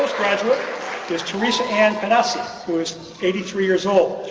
graduate is theresa ann pannesi who is eighty three years old.